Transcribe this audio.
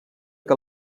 que